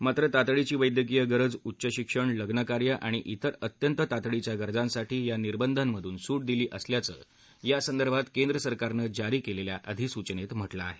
मात्र तातडीची वैद्यकीय गरज उच्च शिक्षण लग्नकार्य आणि इतर अत्यंत तातडीच्या गरजांसाठी या निर्बधांमधून सूट दिली असल्याचं यासंदर्भात केंद्र सरकारनं जारी केलेल्या अधिसूचनेत म्हटलं आहे